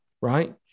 right